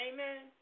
Amen